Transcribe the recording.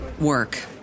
work